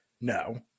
no